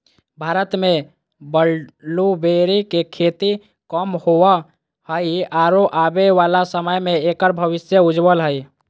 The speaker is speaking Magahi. भारत में ब्लूबेरी के खेती कम होवअ हई आरो आबे वाला समय में एकर भविष्य उज्ज्वल हई